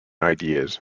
ideas